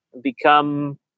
become